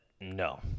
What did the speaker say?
no